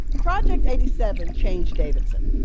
project eighty seven changed davidson.